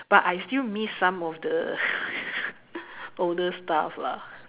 but I still miss some of the older stuff lah